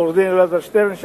עורך-הדין אלעזר שטרן,